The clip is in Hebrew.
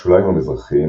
בשוליים המזרחיים,